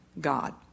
God